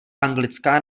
anglická